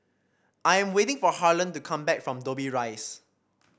I am waiting for Harlen to come back from Dobbie Rise